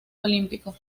olímpico